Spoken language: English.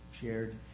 shared